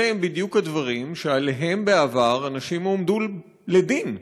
אלה בדיוק הדברים שעליהם בעבר אנשים הועמדו לדין.